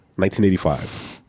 1985